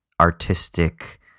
artistic